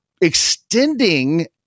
extending